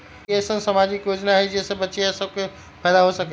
कोई अईसन सामाजिक योजना हई जे से बच्चियां सब के फायदा हो सके?